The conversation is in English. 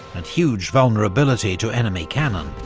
and huge vulnerability to enemy cannon.